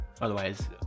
otherwise